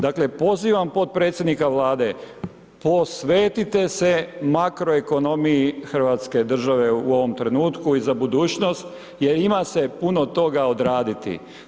Dakle, pozivam potpredsjednika Vlade posvetite se makroekonomiji Hrvatske države u ovom trenutku i za budućnost jer ima se puno toga odraditi.